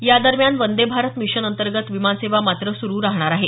यादरम्यान वंदे भारत मिशन अंतर्गत विमानसेवा मात्र सुरूच राहणार आहे